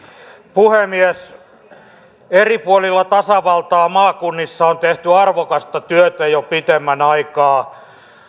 puhemies eri puolilla tasavaltaa maakunnissa on tehty arvokasta työtä jo pitemmän aikaa